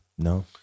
No